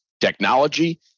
technology